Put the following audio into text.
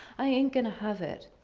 i ain't going to have it.